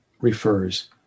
refers